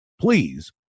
please